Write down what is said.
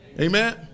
Amen